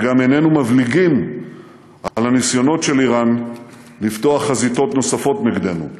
וגם איננו מבליגים על הניסיונות של איראן לפתוח חזיתות נוספות נגדנו,